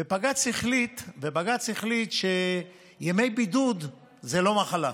ובג"ץ החליט שימי בידוד זה לא מחלה.